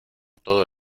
todo